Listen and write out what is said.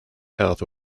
health